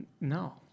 No